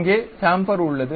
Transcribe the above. இங்கே சேம்பர் உள்ளது